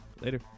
later